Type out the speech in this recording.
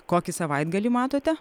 kokį savaitgalį matote